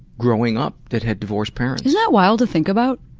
growing up, that had divorced parents. isn't that wild to think about,